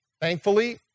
Thankfully